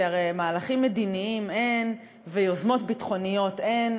כי הרי מהלכים מדיניים אין ויוזמות ביטחוניות אין,